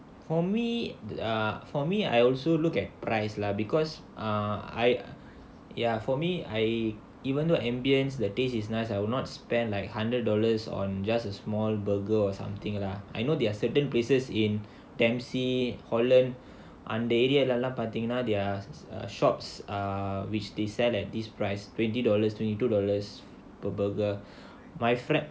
for me ah for me I also look at price lah because ah I ya for me I even though ambience the taste is nice I would not spend like hundred dollars on just a small burger or something lah I know there are certain places in dempsey holland அந்த:antha area லலாம் பார்த்தீங்கன்னா:lalaam paartheenganaa shops err which they sell at this price twenty dollars twenty two dollars per burger my friend